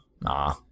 Nah